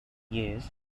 years